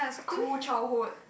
cool childhood